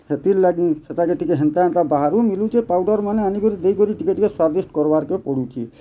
ହେତିର୍ ଲାଗି ସେତାକେ ଟିକେ ହେନ୍ତା ହେନ୍ତା ବାହାରୁ ମିଲୁଛେ ପାଉଡ଼ର୍ ମାନେ ଆନିକରି ଦେଇକରି ଟିକେ ଟିକେ ସ୍ୱାଦିଷ୍ଟ କରବାର୍ କେ ପଡ଼ୁଛେ